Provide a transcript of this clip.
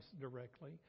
directly